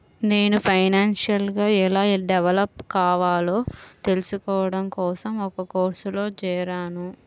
నేను ఫైనాన్షియల్ గా ఎలా డెవలప్ కావాలో తెల్సుకోడం కోసం ఒక కోర్సులో జేరాను